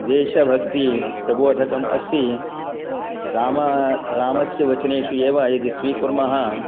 देशभक्तिः प्रबोधकम् अस्ति रामः रामस्य वचनेषु एव यदि स्वीकुर्मः